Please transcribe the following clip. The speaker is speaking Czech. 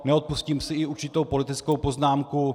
Neodpustím si i určitou politickou poznámku.